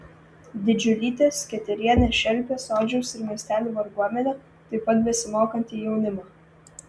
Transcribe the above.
didžiulytė sketerienė šelpė sodžiaus ir miestelių varguomenę taip pat besimokantį jaunimą